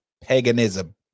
paganism